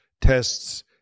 tests